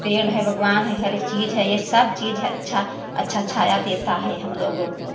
पेड़ है बाग़बान है हर एक चीज़ है यह सब चीज़ है अच्छा अच्छा छाया देता है हम लोगों को